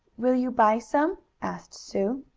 will you buy some? asked sue.